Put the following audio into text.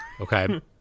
Okay